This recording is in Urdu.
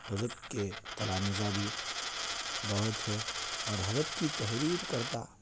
حضرت کے تلامذہ بھی بہت ہے اور حضرت کی تحریر کردہ